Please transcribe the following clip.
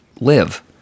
live